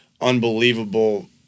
unbelievable